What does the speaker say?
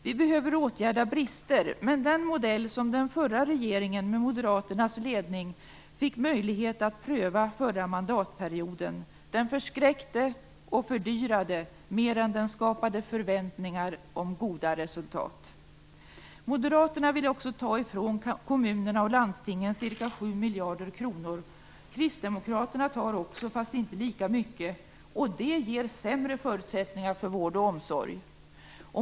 Vi behöver åtgärda brister, men den modell som den förra regeringen under moderaternas ledning fick möjlighet att pröva förra mandatperioden förskräckte och fördyrade mer än den skapade förväntningar om goda resultat. Moderaterna vill också ta ifrån kommunerna och landstingen ca 7 miljarder kronor. Kristdemokraterna tar också, men inte lika mycket. Det ger sämre förutsättningar för vård och omsorg.